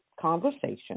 conversation